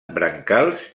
brancals